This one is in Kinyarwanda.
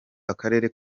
akarere